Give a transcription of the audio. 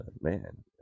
Man